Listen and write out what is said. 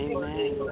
Amen